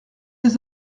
les